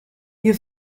you